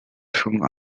film